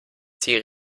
sie